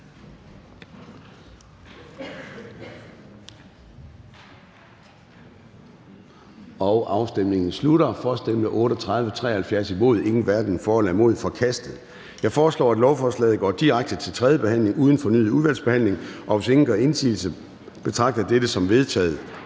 hverken for eller imod stemte 0. Ændringsforslaget er forkastet. Jeg foreslår, at lovforslaget går direkte til tredje behandling uden fornyet udvalgsbehandling. Hvis ingen gør indsigelse, betragter jeg dette som vedtaget.